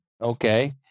Okay